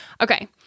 Okay